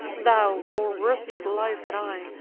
thou, more worthy of life than i,